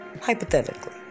hypothetically